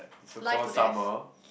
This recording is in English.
so call summer